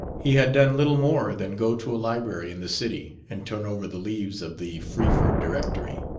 he had done little more than go to a library in the city and turn over the leaves of the freeford directory.